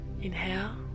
Inhale